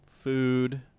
food